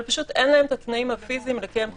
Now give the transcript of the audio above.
אבל אין להם התנאים הפיזיים לעשת זאת,